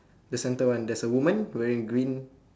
the centre one there is a woman wearing green